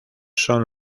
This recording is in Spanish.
son